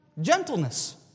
gentleness